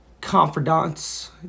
confidants